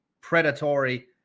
predatory